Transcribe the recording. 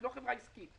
היא לא חברה עסקית,